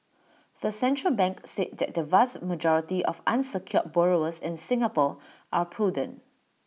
the central bank said that the vast majority of unsecured borrowers in Singapore are prudent